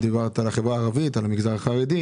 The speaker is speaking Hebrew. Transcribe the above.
דיברת על החברה הערבית ועל החברה החרדית